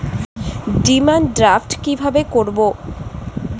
Demand draft কীভাবে করব?